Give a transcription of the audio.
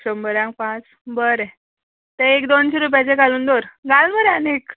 शंबरांक पांच बरें ते एक दोनशी रुपयाचे घालून दवर घाल मरे आनेक